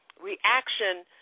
reaction